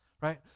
right